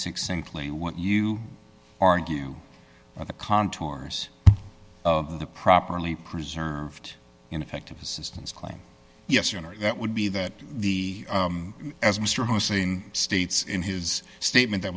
succinctly what you argue the contours of the properly preserved ineffective assistance claim yes or no that would be that the as mr hussein states in his statement that